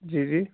جی جی